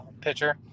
pitcher